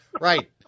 right